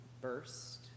burst